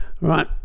Right